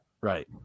right